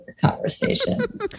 conversation